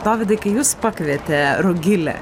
dovydai kai jus pakvietė rugilė